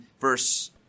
verse